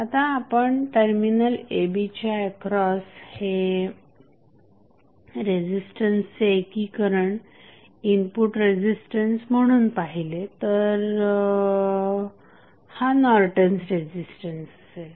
आता आपण terminal a b च्या एक्रॉस हे रेझिस्टन्सचे एकीकरण इनपुट रेझिस्टन्स म्हणून पाहिले तर हा नॉर्टन्स रेझिस्टन्स असेल